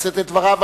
לשאת את דבריו.